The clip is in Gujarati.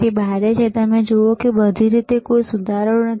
તે ભારે છે તમે જુઓ બધી રીતે કોઈ સુધારો નથી